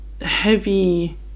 heavy